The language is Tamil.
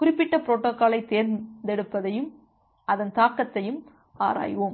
குறிப்பிட்ட பொரோட்டோகாலைத் தேர்ந்தெடுப்பதையும் அதன் தாக்கத்தையும் ஆராய்வோம்